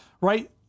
right